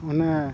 ᱚᱱᱮ